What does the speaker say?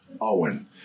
Owen